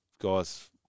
guys